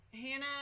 hannah